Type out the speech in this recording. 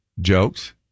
jokes